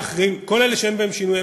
כל אלה שאין בהם שינוי,